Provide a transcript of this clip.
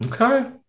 Okay